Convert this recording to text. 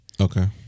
Okay